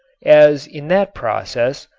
as in that process,